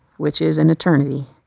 which is an eternity,